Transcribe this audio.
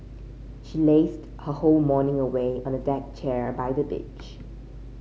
she lazed her whole morning away on the deck chair by the beach